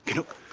look!